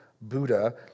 Buddha